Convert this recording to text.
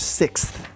sixth